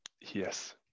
Yes